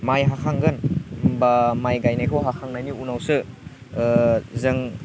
माइ हाखांगोन बा माइ गायनायखौ हाखांनायनि उनावसो जों